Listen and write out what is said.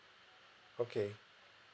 okay